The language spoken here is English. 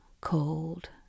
cold